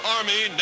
Army